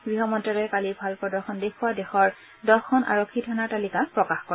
গৃহমন্নালয়ে কালি ভাল প্ৰদৰ্শন দেখুওৱা দেশৰ দহখন আৰক্ষী থানাৰ তালিকা প্ৰকাশ কৰে